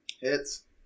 Hits